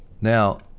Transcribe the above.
Now